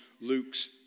Luke's